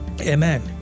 Amen